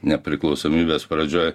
nepriklausomybės pradžioj